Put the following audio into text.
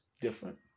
different